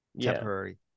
temporary